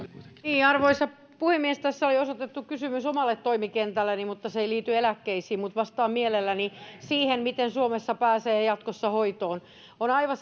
kuitenkin arvoisa puhemies tässä oli osoitettu kysymys omalle toimikentälleni mutta se ei liity eläkkeisiin mutta vastaan mielelläni siihen miten suomessa pääsee jatkossa hoitoon on aivan